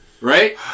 Right